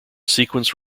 sequence